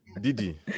Didi